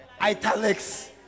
Italics